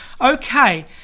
okay